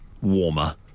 Warmer